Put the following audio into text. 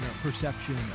Perception